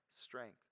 strength